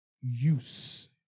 Use